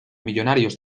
millonarios